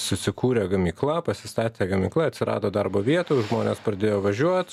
susikūrė gamykla pasistatė gamykla atsirado darbo vietų žmonės pradėjo važiuot